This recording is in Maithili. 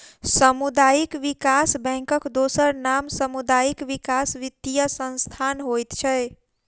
सामुदायिक विकास बैंकक दोसर नाम सामुदायिक विकास वित्तीय संस्थान होइत छै